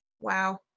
Wow